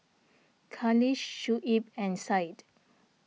Khalish Shuib and Syed